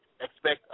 expect